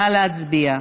נא להצביע.